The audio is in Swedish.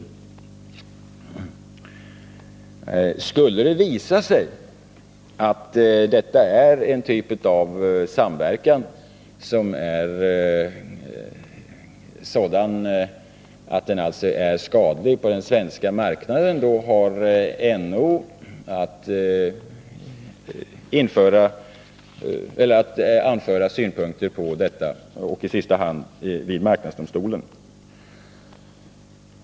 37 Skulle det visa sig att IEA är en sådan typ av samverkan som är skadlig på den svenska marknaden har NO att anföra synpunkter på detta — i sista hand vid marknadsdomstolen.